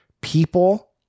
people